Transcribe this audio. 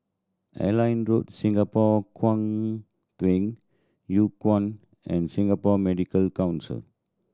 Airline Road Singapore Kwangtung Hui Kuan and Singapore Medical Council